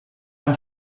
amb